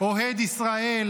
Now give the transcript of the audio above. אוהד ישראל,